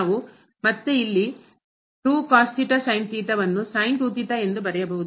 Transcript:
ನಾವು ಮತ್ತೆ ಇಲ್ಲಿ ಅನ್ನು ಎಂದು ಬರೆಯಬಹುದು